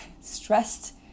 stressed